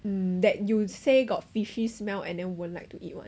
that you would say got fishy smell and then won't like to eat one